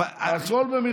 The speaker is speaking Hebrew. הכול במכרזים.